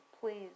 please